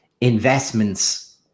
investments